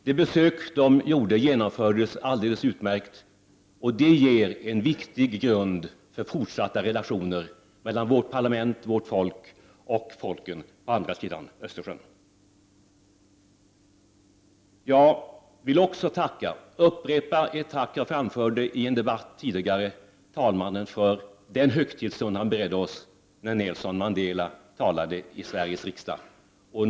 Det besöket genomfördes alldeles utmärkt, och det ger en viktig grund för fortsatta relationer mellan vårt parlament, vårt folk och folken på andra sidan Östersjön. Jag vill också upprepa det tack jag framförde tidigare till talmannen för den högtidsstund han beredde oss när Nelson Mandela talade i Sveriges riksdag.